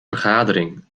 vergadering